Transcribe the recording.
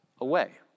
away